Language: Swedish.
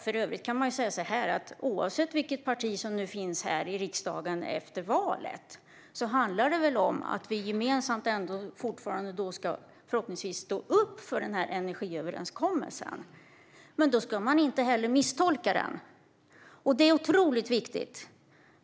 För övrigt kan man säga så här: Oavsett vilket parti som sitter i riksdagen efter valet handlar det väl om att vi förhoppningsvis fortfarande ska stå upp för energiöverenskommelsen gemensamt. Men då ska man inte heller misstolka den. Det är otroligt viktigt.